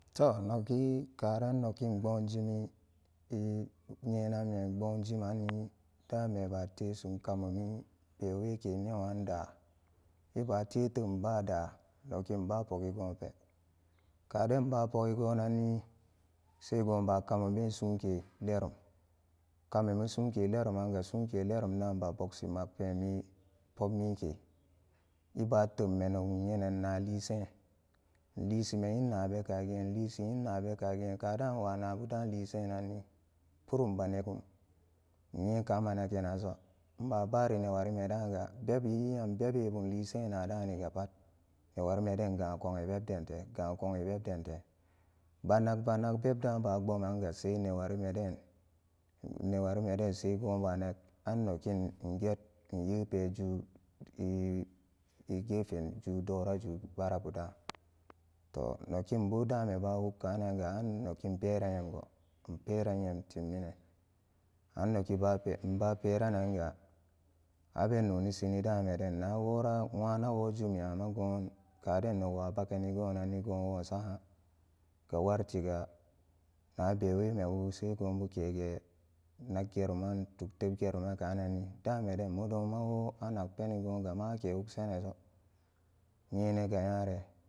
Toh noki kuran nok pbom jimi i nyenan me npbom jimanni dame baa tesum ka mumi beweke newan da i baa tetem baa da nokin pogi goonpe kaden nba pogi gonnanni se goon ba kamume suunke lerem kamumi suunke leruman ga suun ke lerumdaan ba boksi magpeni popmike i baan tem nok nyelem me naaliseen nlisi me nyin nabu kagi lisi ge nyin nabubekag kaa daan nwa nabuden lisenanni purum ba negum nyenkaran managananso i ba bari newuri me daanga bebi i nyam bebe bumlisin naa deniga newari meden gaan koa beb den te koi beb dente banak banak beb daan ba pbomanga se newarimeden newari meden goon banak annokin get nye pe ju ju i gefen doo ta ju barabudaan toh nokin bo dame ba b wuk kanaga a nokin peran nyamgo nperan nyam timminan annok baa peraranga abe nonisin i daamedeen wora nwaana wora jumi amma kaden nok wa bak eni goonanni woon suhaan ga warri ga nu bewemebu se goon bu kege naggeruman tuk teb gerumannanni dameden modon ma woo nak peni goon gama ake woo wuk sananso nyenan ga nyare.